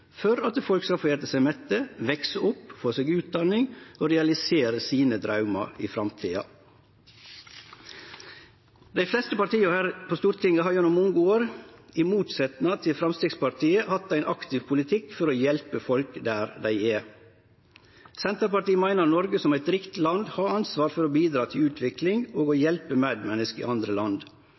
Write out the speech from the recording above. for at folk skal få ete seg mette, vekse opp, få seg utdanning og realisere draumane sine i framtida. Dei fleste partia her på Stortinget har gjennom mange år – i motsetnad til Framstegspartiet – hatt ein aktiv politikk for å hjelpe folk der dei er. Senterpartiet meiner at Noreg, som eit rikt land, har ansvar for å bidra til utvikling og hjelpe medmenneske i andre land.